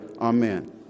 amen